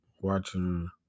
watching